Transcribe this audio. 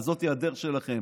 אבל זאת הדרך שלכם.